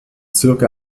circa